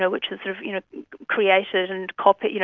so which is sort of you know created and copied, you know